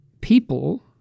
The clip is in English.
people